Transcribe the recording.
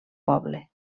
poble